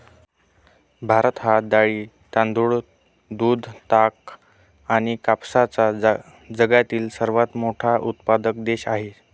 भारत हा डाळी, तांदूळ, दूध, ताग आणि कापसाचा जगातील सर्वात मोठा उत्पादक देश आहे